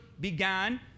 began